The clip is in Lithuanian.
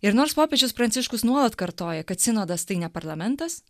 ir nors popiežius pranciškus nuolat kartoja kad sinodas tai ne parlamentas